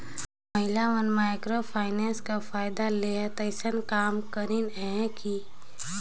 महिला मन micro finance कर फएदा लेहत अइसन काम करिन अहें कि